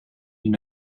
you